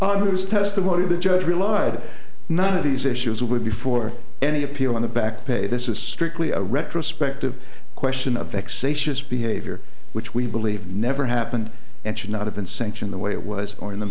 whose testimony the judge relied none of these issues with before any appeal on the backpay this is strictly a retrospective question of the behavior which we believe never happened and should not have been sanctioned the way it was or in the